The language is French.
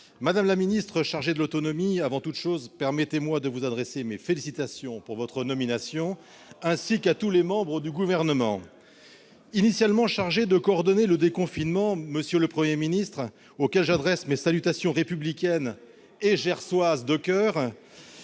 Madame la ministre chargée de l'autonomie, permettez-moi avant tout de vous adresser mes félicitations pour votre nomination, ainsi qu'à tous les membres du Gouvernement. Initialement chargé de coordonner le déconfinement, M. le Premier ministre, à qui j'adresse mes salutations républicaines et gersoises de coeur,